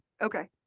Okay